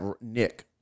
Nick